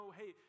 hey